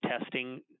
testing